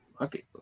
Okay